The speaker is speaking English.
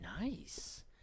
nice